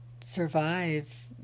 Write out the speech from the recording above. survive